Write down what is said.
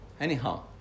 Anyhow